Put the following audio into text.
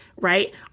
right